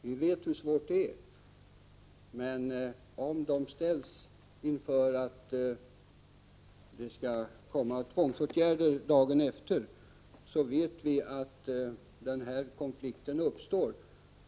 Vi vet hur svårt det är att få dem att söka upp vårdinrättningarna. Om vi ställs inför faktum att det skall vidtas tvångsåtgärder nästa dag, vet vi att en konflikt uppstår.